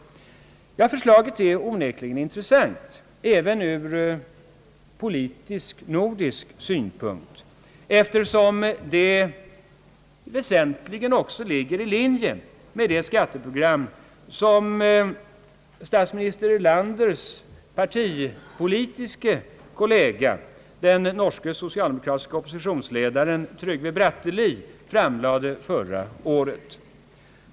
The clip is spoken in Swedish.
Detta förslag är onekligen intressant även ur nordisk politisk synpunkt, eftersom det väsentligen också ligger i linje med det skatteprogram som statsminister Erlanders partipolitiske kollega, den norske socialdemokratiske oppositionsledaren Trygve Bratteli framlade förra året.